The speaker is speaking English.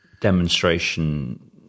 demonstration